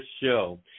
show